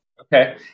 Okay